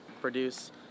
produce